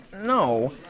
no